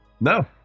No